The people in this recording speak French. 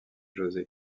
josé